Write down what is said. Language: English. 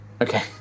okay